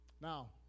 Now